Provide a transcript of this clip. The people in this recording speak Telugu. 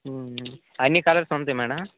అన్ని కలర్స్ ఉంటాయా మ్యాడం